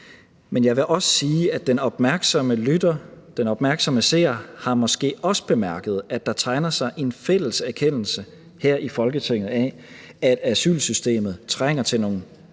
Men jeg vil også sige, at den opmærksomme lytter, den opmærksomme seer, måske også har bemærket, at der tegner sig en fælles erkendelse her i Folketinget af, at asylsystemet trænger til nogle mere